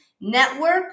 network